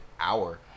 hour